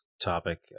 topic